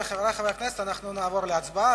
חברי חברי הכנסת, נעבור להצבעה.